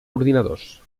ordinadors